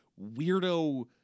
weirdo